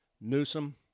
Newsom